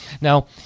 Now